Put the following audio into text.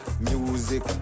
music